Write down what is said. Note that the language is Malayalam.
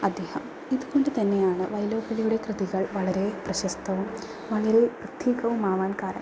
അദ്ദേഹം അതുകൊണ്ട് തന്നെയാണ് വൈലോപ്പിള്ളിയുടെ കൃതികൾ വളരെ പ്രശസ്തവും വളരെ പ്രത്യേകവുമാകാൻ കാരണം